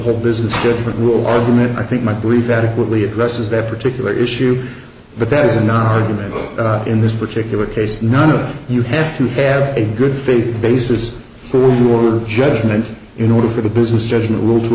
whole business different rule argument i think my brief adequately addresses that particular issue but that is an argument in this particular case none of you have to have a good faith basis through or judgment in order for the business judgment rule to